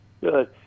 Good